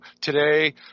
today